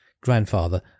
grandfather